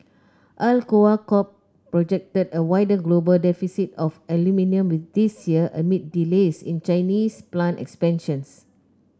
Alcoa Corp projected a wider global deficit of aluminium this year amid delays in Chinese plant expansions